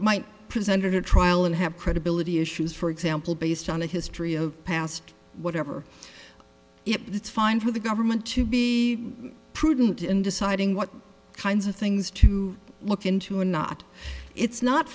might present in a trial and have credibility issues for example based on a history of past whatever it is it's fine for the government to be prudent in deciding what kinds of things to look into or not it's not